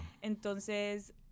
Entonces